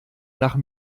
nach